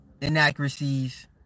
inaccuracies